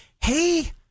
hey